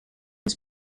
was